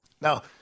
Now